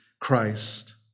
Christ